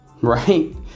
right